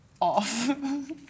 off